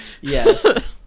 yes